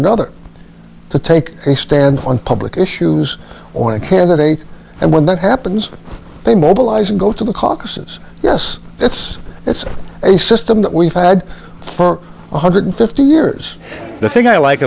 another to take a stand on public issues or a candidate and when that happens they mobilize and go to the caucuses yes it's it's a system that we've had for one hundred fifty years the thing i like